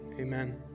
Amen